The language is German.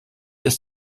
ist